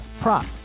prop